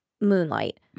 Moonlight